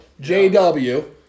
JW